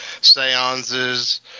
seances